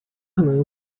可能